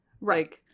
Right